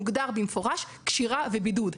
מוגדר במפורש קשירה ובידוד.